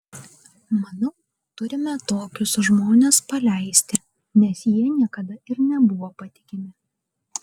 manau turime tokius žmones paleisti nes jie niekada ir nebuvo patikimi